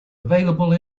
available